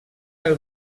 del